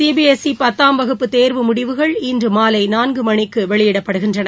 CBSE பத்தாம் வகுப்பு தேர்வு முடிவுகள் இன்று மாலை நான்கு மணிக்கு வெளியிடப்படுகின்றன